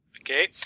Okay